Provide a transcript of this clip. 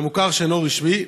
המוכר שאינו רשמי,